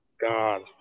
god